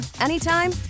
anytime